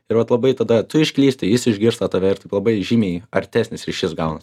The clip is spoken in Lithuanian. ir vat labai tada tu išklysti jis išgirsta tave ir taip labai žymiai artesnis ryšys gaunas